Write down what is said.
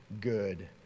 good